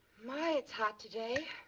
my, it's hot today.